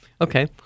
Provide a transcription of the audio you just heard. Okay